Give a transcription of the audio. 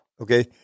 Okay